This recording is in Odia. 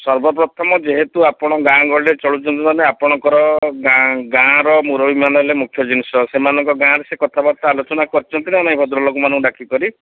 ସର୍ବ ପ୍ରଥମ ଯେହେତୁ ଆପଣ ଗାଁ ଗହଳିରେ ଚଳୁଛନ୍ତି ମାନେ ଆପଣଙ୍କର ଗାଁ ଗାଁର ମୁରବିମାନେ ହେଲେ ମୁଖ୍ୟ ଜିନିଷ ସେମାନଙ୍କ ଗାଁରେ ସେ କଥାବାର୍ତ୍ତା ଆଲୋଚନା କରିଛନ୍ତି ନା ନାହିଁ ଭଦ୍ର ଲୋକମାନଙ୍କୁ ଡାକିକରି